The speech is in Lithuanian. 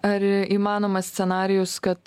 ar įmanomas scenarijus kad